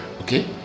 Okay